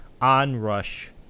onrush